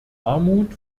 armut